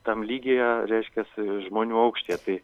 tam lygyje reiškias žmonių aukštyje tai